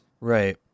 Right